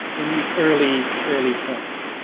in this early, early points.